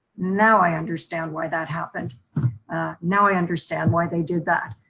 now i understand why that happened now, i understand why they did that.